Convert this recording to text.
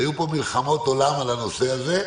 היו פה מלחמות עולם על הנושא הזה,